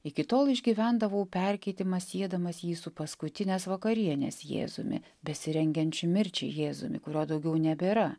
iki tol išgyvendavau perkeitimą siedamas jį su paskutinės vakarienės jėzumi besirengiančių mirčiai jėzumi kurio daugiau nebėra